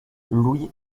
louis